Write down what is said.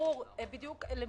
בדיוק.